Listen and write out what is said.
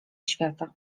świata